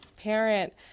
parent